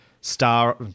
Star